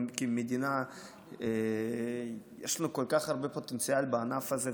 למדינה יש כל כך הרבה פוטנציאל בענף הזה,